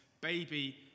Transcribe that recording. baby